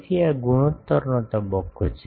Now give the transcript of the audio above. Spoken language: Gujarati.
તેથી આ ગુણોત્તરનો તબક્કો છે